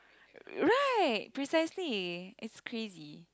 right precisely it's crazy